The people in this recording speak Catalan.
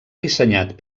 dissenyat